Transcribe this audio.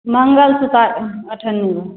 मङ्गलसूत्र अठन्नी भरि